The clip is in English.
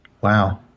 Wow